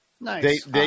Nice